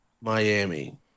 Miami